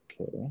Okay